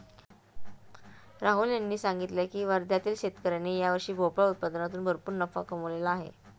राहुल यांनी सांगितले की वर्ध्यातील शेतकऱ्यांनी यावर्षी भोपळा उत्पादनातून भरपूर नफा कमावला आहे